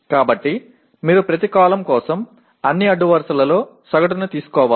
కాబట్టి మీరు ప్రతి కాలమ్ కోసం అన్ని అడ్డు వరుసలలో సగటును తీసుకోవాలి